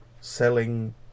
selling